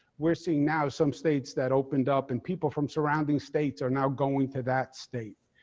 we're seeing now some states that opened up and people from surrounding states are now going to that state.